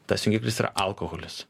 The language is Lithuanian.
tas jungiklis yra alkoholis